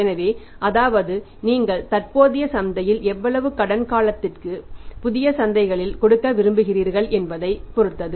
எனவே அதாவது நீங்கள் தற்போதைய சந்தையில் எவ்வளவு கடன் காலத்திற்கு புதிய சந்தைகளில் கொடுக்க விரும்புகிறீர்கள் என்பதைப் பொறுத்தது